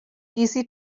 easy